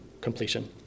completion